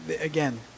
again